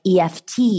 EFT